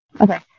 Okay